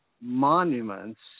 monuments